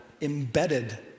embedded